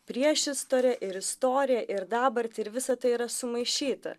priešistorę ir istoriją ir dabartį ir visa tai yra sumaišyta